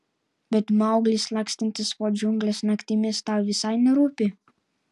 bet mauglis lakstantis po džiungles naktimis tau visai nerūpi